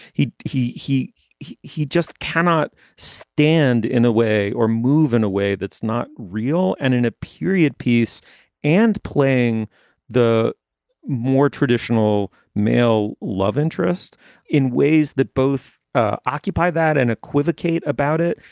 he he he he he just cannot stand in a way or move in a way that's not real and in a period piece and playing the more traditional male love interest in ways that both occupy that and equivocate about it.